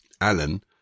Alan